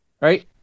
right